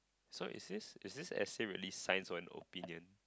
so is this is this essay really science or an opinion